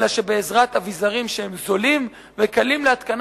אלא שבעזרת אביזרים זולים וקלים להתקנה